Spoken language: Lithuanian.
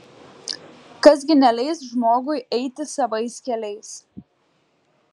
kas gi neleis žmogui eiti savais keliais